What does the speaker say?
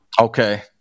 Okay